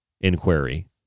inquiry